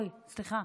אוי, סליחה.